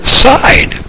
side